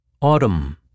Autumn